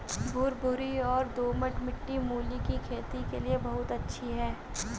भुरभुरी और दोमट मिट्टी मूली की खेती के लिए बहुत अच्छी है